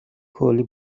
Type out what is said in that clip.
کولی